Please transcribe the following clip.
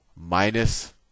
Minus